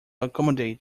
accommodate